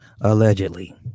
Allegedly